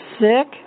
sick